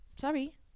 sorry